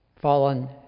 fallen